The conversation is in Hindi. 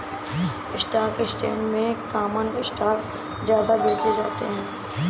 स्टॉक एक्सचेंज में कॉमन स्टॉक ज्यादा बेचे जाते है